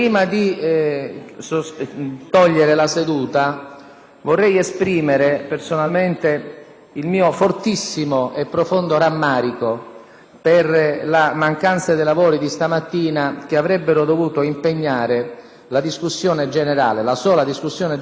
vorrei esprimere personalmente il mio fortissimo e profondo rammarico per il mancato svolgimento dei lavori di questa mattina che avrebbero dovuto impegnare la sola discussione generale su un tema delicatissimo qual è quello della sicurezza.